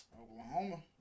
Oklahoma